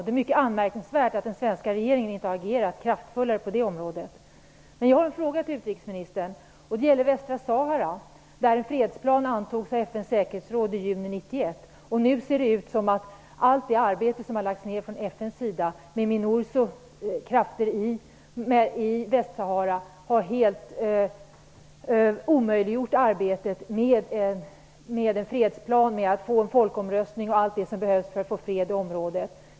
Det är mycket anmärkningsvärt att den svenska regeringen inte har agerat kraftfullare på det området. Jag har en fråga till utrikesministern, och det gäller Västra Sahara. Där antogs en fredsplan av FN:s säkerhetsråd i juni 1991, och nu ser det ut som om allt det arbete som har lagts ned från FN:s sida, med Minursokrafter i Västsahara, har helt omöjliggjort arbetet med en fredsplan för att få en folkomröstning och allt det som behövs för att få fred i området.